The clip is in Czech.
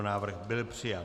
Návrh byl přijat.